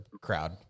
crowd